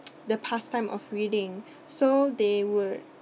the pastime of reading so they would